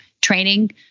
training